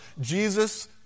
Jesus